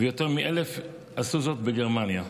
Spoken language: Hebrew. ויותר מ-1,000 עשו זאת בגרמניה.